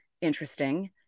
interesting